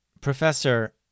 Professor